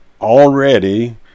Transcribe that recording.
already